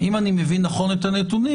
אם אני מבין נכון את הנתונים,